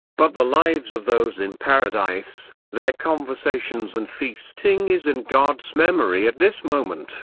but the lives of those in paradise, their conversations and feasting is in god's memory at this moment.